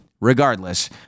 regardless